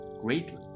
greatly